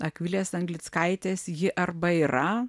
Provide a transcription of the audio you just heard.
akvilės anglickaitės ji arba yra